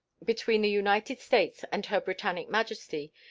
between the united states and her britannic majesty,